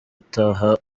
utaha